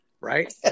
Right